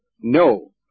No